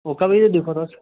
ओह्का बी ते दिक्खो तुस